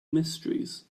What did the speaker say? mysteries